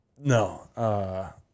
no